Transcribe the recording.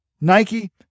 Nike